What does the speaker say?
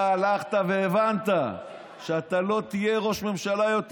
אתה הלכת והבנת שאתה לא תהיה ראש ממשלה יותר.